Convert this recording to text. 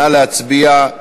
נא להצביע.